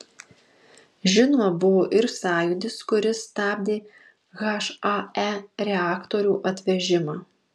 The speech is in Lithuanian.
žinoma buvo ir sąjūdis kuris stabdė hae reaktorių atvežimą